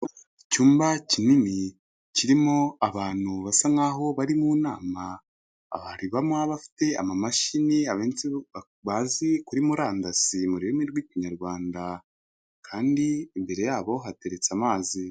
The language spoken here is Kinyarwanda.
Icyumba kinini kirimo abantu basa nkaho bari mu nama, aba harimo abafite ama mashini bari kuri murandasi mu rurimi rw'ikinyarwanda kandi imbere yabo hateretse amazi.